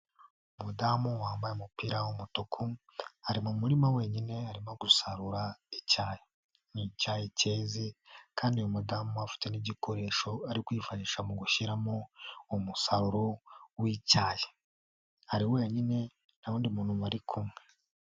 Umudamu wambaye umupira w'umutuku, ari mu murima wenyine, arimo gusarura icyayi. ni icyayi cyeze kandi uyu mudamu afite n'igikoresho ari kwifashisha mu gushyiramo umusaruro w'icyayi. Ari wenyine nta wundi muntu bari kumwe.